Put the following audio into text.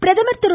பிரதமர் திரு